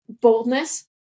boldness